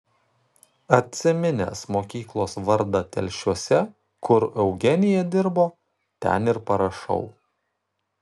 atsiminęs mokyklos vardą telšiuose kur eugenija dirbo ten ir parašau